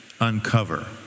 uncover